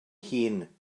hun